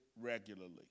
regularly